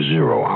Zero